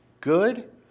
good